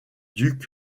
ducs